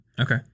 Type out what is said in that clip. Okay